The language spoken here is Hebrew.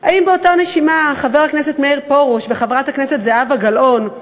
האם באותה נשימה חבר הכנסת מאיר פרוש וחברת הכנסת זהבה גלאון,